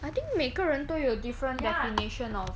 I think 每个人都有 different definition of